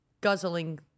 guzzling